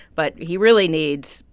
but he really needs,